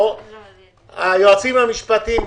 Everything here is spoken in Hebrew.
היועצים המשפטיים,